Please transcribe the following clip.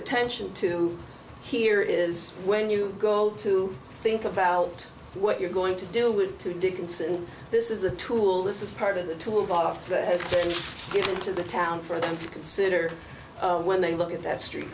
attention to here is when you go to think about what you're going to do with two dickinson this is a tool this is part of the tool box when you get into the town for them to consider when they look at that street